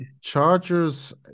Chargers